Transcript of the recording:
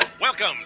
Welcome